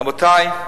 רבותי,